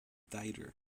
dieter